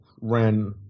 ran